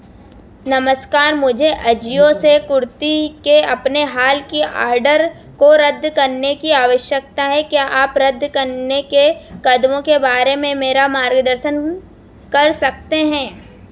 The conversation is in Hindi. नमस्कार मुझे अजियो से कुर्ति के अपने हाल के ऑर्डर को रद्द करने की आवश्यकता है क्या आप रद्द करने के कदमो के बारे में मेरा मार्गदर्शन कर सकते हैं